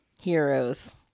Heroes